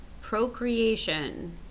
procreation